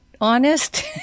honest